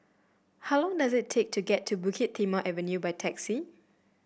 how long does it take to get to Bukit Timah Avenue by taxi